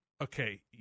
Okay